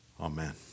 Amen